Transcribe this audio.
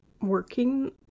working